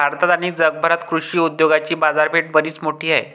भारतात आणि जगभरात कृषी उद्योगाची बाजारपेठ बरीच मोठी आहे